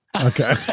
Okay